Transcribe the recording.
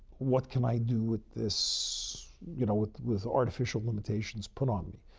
what can i do with this you know, with with artificial limitations put on me?